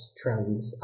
trans